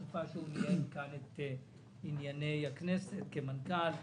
שהוא ניהל את ענייני הכנסת כמנכ"ל.